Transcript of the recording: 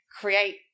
create